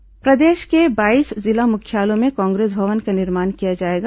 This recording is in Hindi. कांग्रेस बैठक प्रदेश के बाईस जिला मुख्यालयों में कांग्रेस भवन का निर्माण किया जाएगा